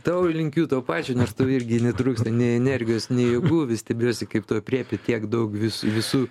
tau linkiu to pačio nors tau irgi netrūksta nei energijos nei jėgų vis stebiuosi kaip tu aprėpi tiek daug vis visų